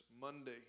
Monday